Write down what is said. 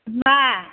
मा